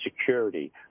security